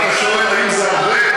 ואתה שואל: האם זה הרבה?